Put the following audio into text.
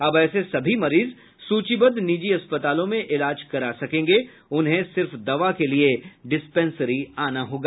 अब ऐसे सभी मरीज सूचीबद्ध निजी अस्पतालों में इलाज करा सकेंगे उन्हें सिर्फ दवा के लिए डिस्पेंसरी आना होगा